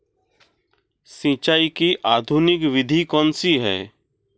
सिंचाई की आधुनिक विधि कौनसी हैं?